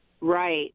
Right